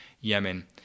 Yemen